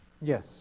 yes